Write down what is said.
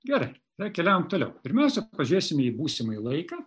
gerai na ir keliaujam toliau pirmiausia pažiūrėsime į būsimąjį laiką